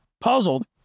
puzzled